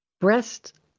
Breast